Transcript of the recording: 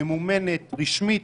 ממומנת, רשמית,